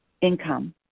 income